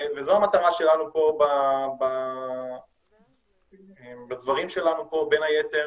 וזו המטרה שלנו פה בדברים שלנו פה בין היתר,